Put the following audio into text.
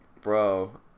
Bro